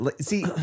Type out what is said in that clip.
see